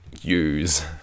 use